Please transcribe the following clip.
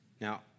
Now